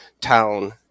town